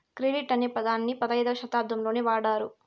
credit అనే పదాన్ని పదైధవ శతాబ్దంలోనే వాడారు